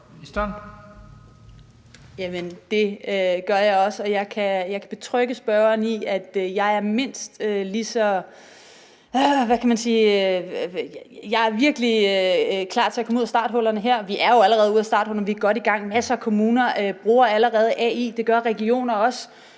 Stage Olsen): Det gør jeg også, og jeg kan betrygge spørgeren i, at jeg virkelig er klar til at komme ud af starthullerne her. Vi er jo allerede ude af starthullerne. Vi er godt i gang. Masser af kommuner bruger allerede AI; det gør regioner også,